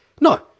No